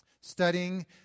studying